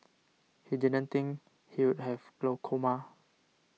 he didn't think he would have glaucoma